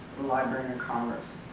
the librarian of congress?